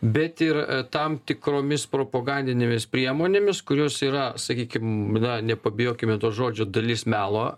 bet ir tam tikromis propagandinėmis priemonėmis kurios yra sakykim na nepabijokime to žodžio dalis melo